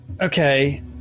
Okay